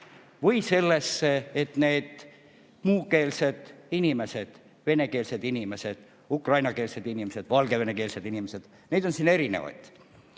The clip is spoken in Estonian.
ja sellesse, et muukeelsed inimesed – venekeelsed inimesed, ukrainakeelsed inimesed, valgevenekeelsed inimesed, neid on siin erinevaid